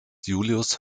julius